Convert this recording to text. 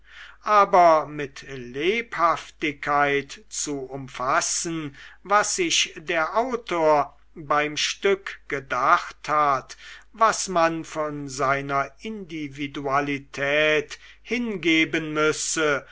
aber mit lebhaftigkeit zu umfassen was sich der autor beim stück gedacht hat was man von seiner individualität hingeben müsse